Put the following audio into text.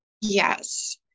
Yes